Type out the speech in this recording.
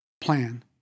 plan